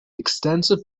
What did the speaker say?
extensive